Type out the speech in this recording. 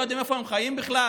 לא יודעים איפה הם חיים בכלל.